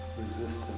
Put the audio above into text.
resistance